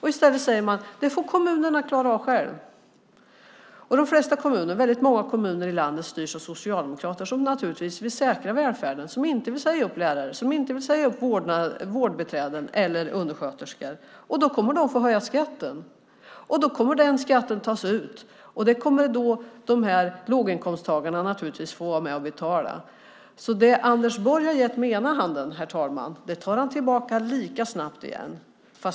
I stället säger man att kommunerna får klara av det själva. Väldigt många kommuner i landet styrs av socialdemokrater, som naturligtvis vill säkra välfärden, som inte vill säga upp lärare, som inte vill säga upp vårdbiträden eller undersköterskor. Då kommer de att få höja skatten. Då kommer den skatten att tas ut. Det kommer låginkomsttagarna att få vara med och betala. Det Anders Borg har gett med ena handen, herr talman, tar han tillbaka lika snabbt med den andra.